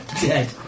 Dead